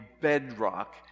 bedrock